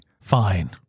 fine